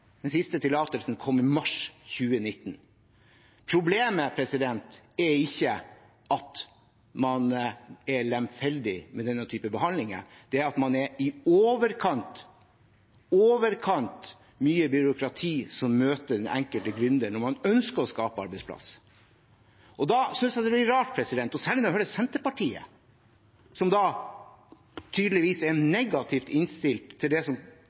den siste tillatelsen kom i mars 2019. Problemet er ikke at man er lemfeldig med denne typen behandlinger. Det er i overkant – i overkant – mye byråkrati som møter den enkelte gründer når man ønsker å skape arbeidsplasser. Da synes jeg det blir rart, og særlig når jeg hører Senterpartiet som tydeligvis er negativt innstilt til det som